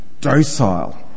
docile